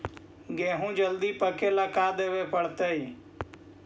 गेहूं जल्दी पके ल का देबे पड़तै?